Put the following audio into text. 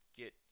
get